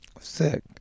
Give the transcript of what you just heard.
Sick